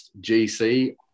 GC